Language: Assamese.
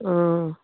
অঁ